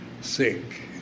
sick